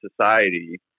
society